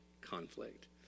conflict